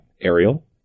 Ariel